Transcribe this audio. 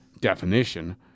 definition